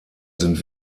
sind